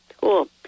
Cool